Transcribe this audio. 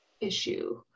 issue